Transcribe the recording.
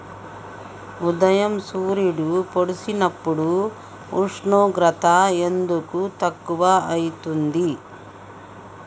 ఉదయం సూర్యుడు పొడిసినప్పుడు ఉష్ణోగ్రత ఎందుకు తక్కువ ఐతుంది?